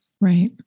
Right